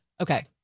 Okay